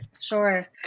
sure